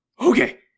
okay